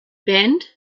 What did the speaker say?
band